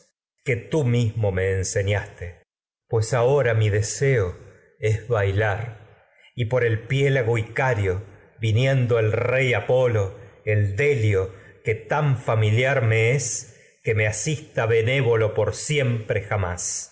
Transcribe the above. que tú mismo es me pues ahora mí deseo bailar y por el piélago icario viniendo el rey apolo el delio que tan familiar me es que me asista benévolo por siempre jamás